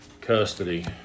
custody